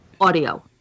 audio